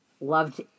loved